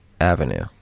Avenue